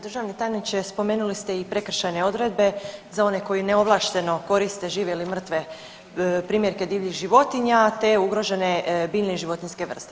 Državni tajniče spomenuli ste i prekršajne odredbe za one koji neovlašteno koriste žive ili mrtve primjerke divljih životinja te ugrožene biljne i životinjske vrste.